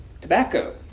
Tobacco